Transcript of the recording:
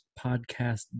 podcast